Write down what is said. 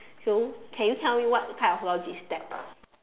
so can you tell me what type of logic is that